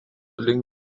link